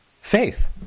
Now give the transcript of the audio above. faith